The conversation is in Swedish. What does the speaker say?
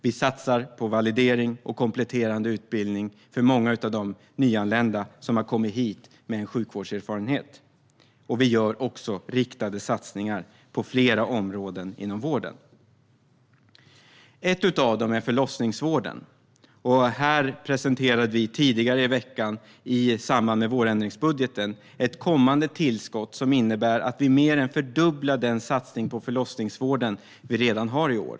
Vi satsar på validering och kompletterande utbildning för många av de nyanlända som har kommit hit med sjukvårdserfarenhet, och vi gör också riktade satsningar på flera områden inom vården. Ett av dem är förlossningsvården. Här presenterade vi tidigare i veckan i samband med vårändringsbudgeten ett kommande tillskott som innebär att vi mer än fördubblar den satsning på förlossningsvården som vi redan har i år.